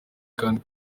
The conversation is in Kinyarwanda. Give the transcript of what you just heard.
kandi